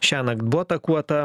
šiąnakt buvo atakuota